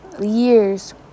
years